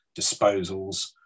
disposals